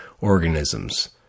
organisms